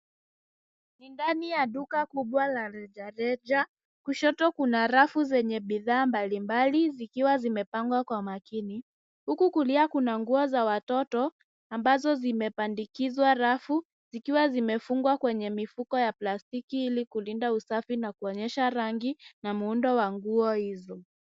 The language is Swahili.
Ndani ya duka kubwa la rejareja, kushoto kuna rafu zenye bidhaa mbalimbali, zikiwa zimepangwa kwa makini, huku kulia kuna nguo za watoto ambazo zimepandikizwa rafu, zikiwa zimefungwa kwenye mifuko ya plastiki ili kulinda usafi na kuonyesha rangi na muundo wa nguo hizo.